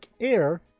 air